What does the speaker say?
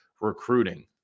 recruiting